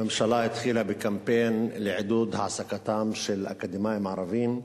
הממשלה התחילה בקמפיין לעידוד העסקתם של אקדמאים ערבים,